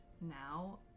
now